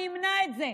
אני אמנע את זה.